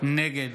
נגד